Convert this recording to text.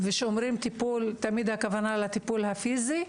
וכשאומרים טיפול תמיד הכוונה לטיפול הפיסי,